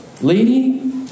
lady